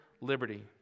liberty